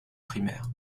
primaires